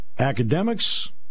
academics